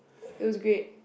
feels great